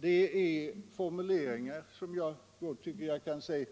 Det är formuleringar som jag kan säga